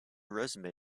resume